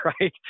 right